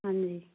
ਹਾਂਜੀ